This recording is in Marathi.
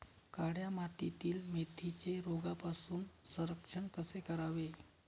काळ्या मातीतील मेथीचे रोगापासून संरक्षण कसे करावे?